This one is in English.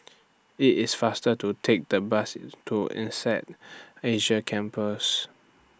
IT IS faster to Take The Bus to Insead Asia Campus